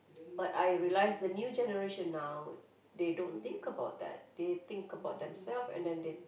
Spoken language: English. but I realize the new generation now they don't think about that they think about themselves and then they